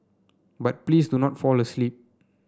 but please do not fall asleep